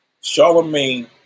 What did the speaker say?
Charlemagne